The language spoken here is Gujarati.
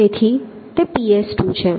તેથી તે ps2 છે